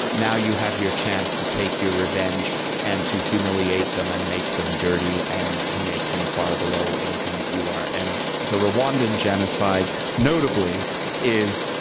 now, you have your chance to take your revenge and to humiliate them and make them dirty and to make them far below anything that you are, and the rwandan genocide notably is